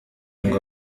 ngo